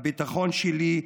הביטחון שלי,